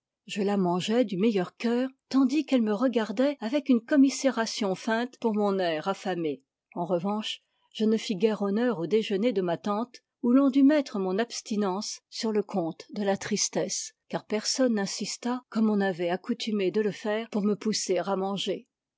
je la mangeai du meilleur cœur tandis qu'elle me regardait avec une commisération feinte pour mon air affamé en revanche je ne fis guère honneur au déjeuner de ma tante et l'on dut mettre mon abstinence sur le compte de la tristesse car personne n'insista comme on avait accoutumé de le faire pour me pousser à manger